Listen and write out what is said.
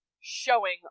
showing